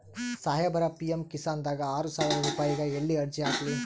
ಸಾಹೇಬರ, ಪಿ.ಎಮ್ ಕಿಸಾನ್ ದಾಗ ಆರಸಾವಿರ ರುಪಾಯಿಗ ಎಲ್ಲಿ ಅರ್ಜಿ ಹಾಕ್ಲಿ?